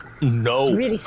No